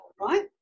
right